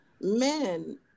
men